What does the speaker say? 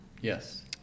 Yes